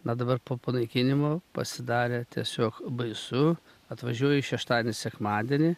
na dabar po panaikinimo pasidarė tiesiog baisu atvažiuoji šeštadienį sekmadienį